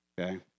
Okay